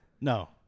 No